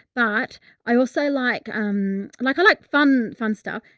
but i also like, um, like i like fun, fun stuff.